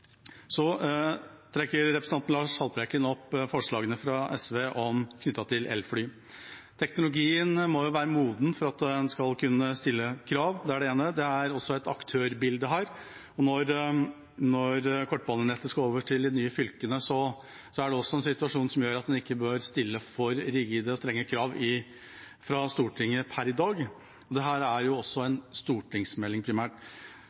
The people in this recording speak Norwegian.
Representanten Lars Haltbrekken trekker fram forslagene fra SV knyttet til elfly. Teknologien må være moden for at en skal kunne stille krav – det er det ene. Det er også et aktørbilde her. Når kortbanenettet skal over til de nye fylkene, er det også en situasjon som gjør at en ikke bør stille for rigide og strenge krav fra Stortinget per i dag – dette er jo også primært